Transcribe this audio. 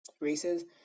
races